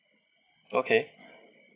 okay